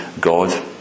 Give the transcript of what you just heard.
God